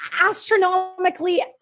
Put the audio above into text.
astronomically